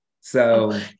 So-